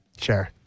Sure